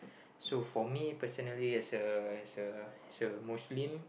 so for me personally as a as a as a Muslim